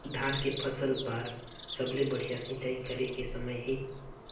धान के फसल बार सबले बढ़िया सिंचाई करे के समय हे?